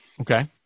Okay